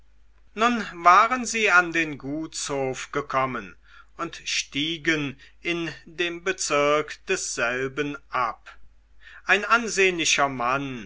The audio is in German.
nun waren sie an den gutshof gekommen und stiegen in dem bezirk desselben ab ein ansehnlicher mann